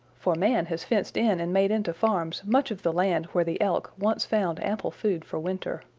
for man has fenced in and made into farms much of the land where the elk once found ample food for winter.